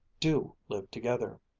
do live together.